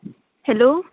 hello